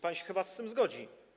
Pan się chyba z tym zgodzi.